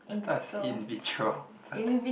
I thought is in vitro but